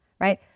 right